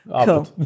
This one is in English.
Cool